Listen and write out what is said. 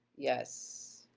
yes.